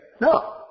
No